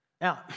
Now